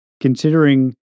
considering